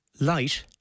Light